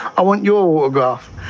i want your golf.